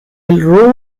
will